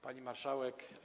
Pani Marszałek!